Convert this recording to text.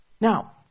Now